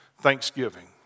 Thanksgiving